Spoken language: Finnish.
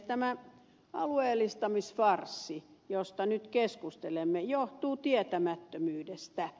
tämä alueellistamisfarssi josta nyt keskustelemme johtuu tietämättömyydestä